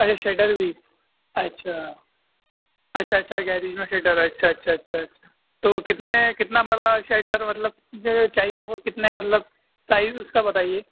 اچھا shutter width اچھا اچھا اچھا گیریج میں شیٹر اچھا اچھا اچھا اچھا تو کتنے کتنا بڑا شیٹر مطلب چاہیے آپ کو کتنے مطلب سائز اس کا بتائیے